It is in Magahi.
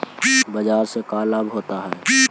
बाजार से का लाभ होता है?